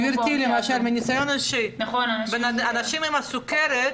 גברתי, למשל, מניסיון אישי, אנשים עם סכרת,